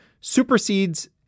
supersedes